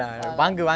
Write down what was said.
ah